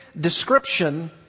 description